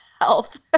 health